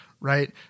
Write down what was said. right